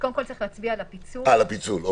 אז קודם כול צריך להצביע על הפיצול.